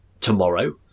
tomorrow